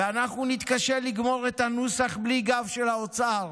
ואנחנו נתקשה לגמור את הנוסח בלי גב של האוצר.